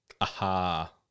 Aha